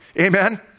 Amen